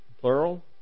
plural